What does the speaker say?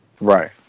Right